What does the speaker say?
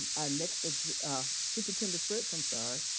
our next, ah ah superintendent fritz, i'm sorry.